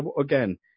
again